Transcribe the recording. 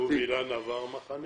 אבו וילן עבר מחנה?